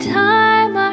time